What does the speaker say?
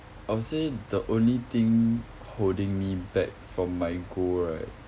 I would say the only thing holding me back from my goal right